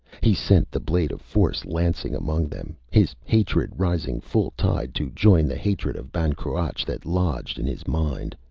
he sent the blade of force lancing among them, his hatred rising full tide to join the hatred of ban cruach that lodged in his mind.